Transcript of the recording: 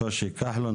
שושי כחלון.